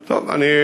בבקשה.